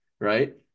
right